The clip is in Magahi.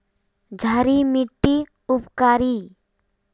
क्षारी मिट्टी उपकारी?